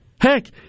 Heck